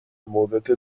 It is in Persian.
موردت